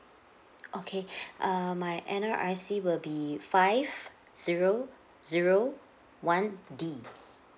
okay err my N_R_I_C will be five zero zero one D